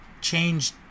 change